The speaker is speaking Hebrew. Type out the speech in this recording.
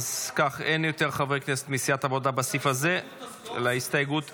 אין יותר חברי כנסת מסיעת העבודה בסעיף הזה --- בהסתייגות הזאת.